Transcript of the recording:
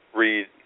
read